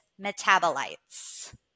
metabolites